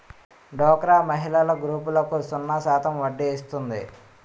డోక్రా మహిళల గ్రూపులకు సున్నా శాతం వడ్డీ ఇస్తుంది